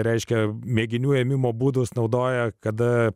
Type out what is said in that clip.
reiškia mėginių ėmimo būdus naudoja kada